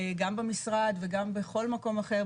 גם במשרד וגם בכל מקום אחר,